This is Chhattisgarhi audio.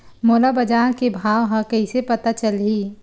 मोला बजार के भाव ह कइसे पता चलही?